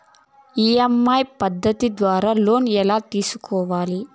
EMI పద్ధతి ద్వారా loan ఎలా తీసుకోవాలి